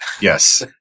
Yes